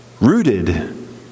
rooted